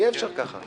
אי אפשר ככה.